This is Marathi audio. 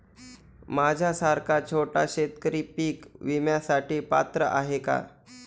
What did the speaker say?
माझ्यासारखा छोटा शेतकरी पीक विम्यासाठी पात्र आहे का?